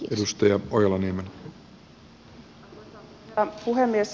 arvoisa herra puhemies